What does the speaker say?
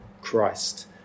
Christ